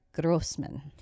Grossman